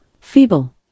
feeble